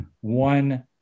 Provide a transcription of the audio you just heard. one